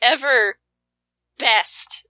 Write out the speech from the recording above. Everbest